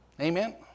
Amen